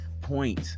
point